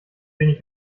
wenig